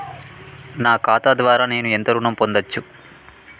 నా ఖాతా ద్వారా నేను ఎంత ఋణం పొందచ్చు?